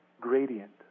gradient